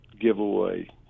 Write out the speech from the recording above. giveaway